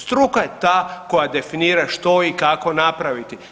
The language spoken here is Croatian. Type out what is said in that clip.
Struka je ta koja definira što i kako napraviti.